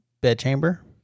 bedchamber